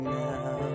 now